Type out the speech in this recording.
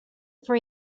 for